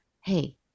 hey